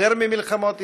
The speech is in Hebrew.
יותר ממלחמות ישראל,